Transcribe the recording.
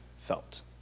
felt